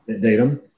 datum